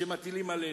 שמטילים עלינו.